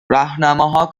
راهنماها